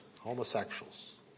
homosexuals